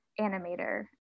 animator